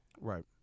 Right